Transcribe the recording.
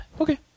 Okay